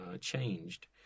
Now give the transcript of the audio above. changed